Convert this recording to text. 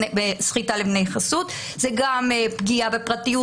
זה גם פגיעה בפרטיות,